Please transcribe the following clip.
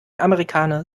amerikaner